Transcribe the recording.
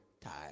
time